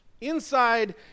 inside